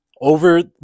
Over